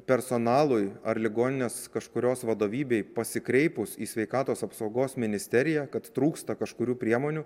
personalui ar ligoninės kažkurios vadovybei pasikreipus į sveikatos apsaugos ministeriją kad trūksta kažkurių priemonių